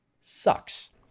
sucks